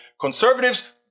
Conservatives